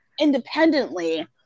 independently